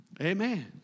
Amen